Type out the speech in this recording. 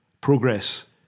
progress